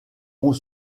ont